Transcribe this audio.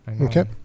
Okay